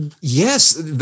Yes